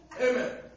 Amen